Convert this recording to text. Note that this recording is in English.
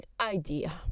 idea